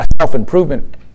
self-improvement